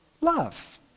love